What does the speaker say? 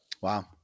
Wow